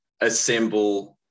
assemble